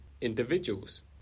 individuals